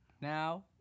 now